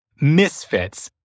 Misfits